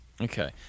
Okay